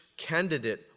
candidate